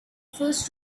first